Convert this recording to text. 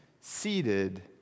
seated